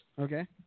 Okay